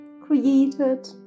created